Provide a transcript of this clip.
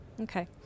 Okay